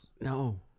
No